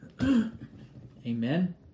Amen